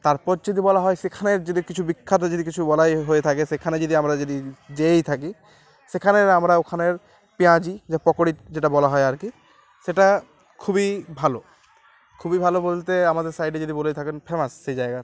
তারপর যদি বলা হয় সেখানের যদি কিছু বিখ্যাত যদি কিছু বলাই হয়ে থাকে সেখানে যদি আমরা যদি যেয়েই থাকি সেখানের আমরা ওখানের পেঁয়াজি যা পকোড়ি যেটা বলা হয় আর কি সেটা খুবই ভালো খুবই ভালো বলতে আমাদের সাইডে যদি বলেই থাকেন ফেমাস সেই জায়গায়